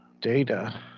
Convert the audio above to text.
Data